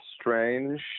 strange